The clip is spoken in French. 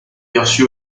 perçu